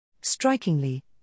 Strikingly